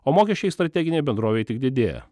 o mokesčiai strateginei bendrovei tik didėja